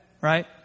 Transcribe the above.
right